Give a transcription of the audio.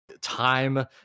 time